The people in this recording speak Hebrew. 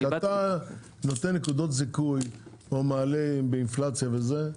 אתה נותן נקודות זיכוי או מעלה באינפלציה וזה,